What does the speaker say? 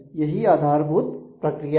यही आधारभूत प्रक्रिया है